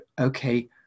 okay